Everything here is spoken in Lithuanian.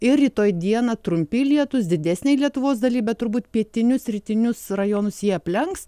ir rytoj dieną trumpi lietūs didesnėj lietuvos daly bet turbūt pietinius rytinius rajonus jie aplenks